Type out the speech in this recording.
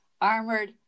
armored